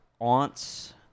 aunt's